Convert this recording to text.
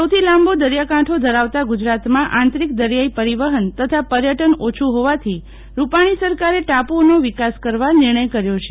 સૌથી લાંબો દરિયાકાંઠો ધરાવતા ગુજરાતમાં આંતરિક દરિયાઈ પરિવહન તથા પર્યટન ઓછુ હોવાથી રૂપાણી સરકારે ટાપુઓનો વિકાસ કરવા નિર્ણય કર્યો છે